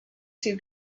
two